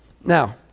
Now